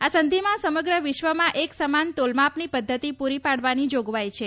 આ સંધીમાં સમગ્ર વિશ્વમાં એક સમાન તોલમાપની પદ્ધતિ પુરી પાડવાની જોગવાઈ છે